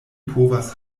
povas